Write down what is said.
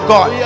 God